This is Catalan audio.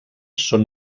són